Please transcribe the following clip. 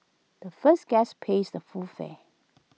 the first guest pays the full fare